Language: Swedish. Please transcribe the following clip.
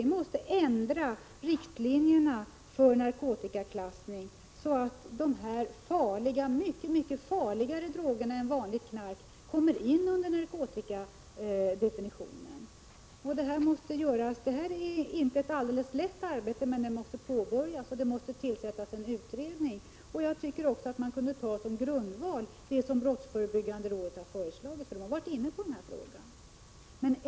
Vi måste ändra riktlinjerna för narkotikaklassning så, att de här drogerna, som är mycket farligare än vanligt knark, kommer in under narkotikadefinitionen. Detta är inte ett alldeles lätt arbete, men det måste påbörjas, och en utredning måste tillsättas. Jag tycker också att man som utgångspunkt kunde ha det som brottsförebyggande rådet har föreslagit. Detta har nämligen varit inne på dessa frågor.